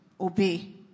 obey